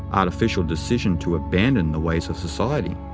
artificial decision to abandon the ways of society.